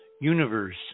universe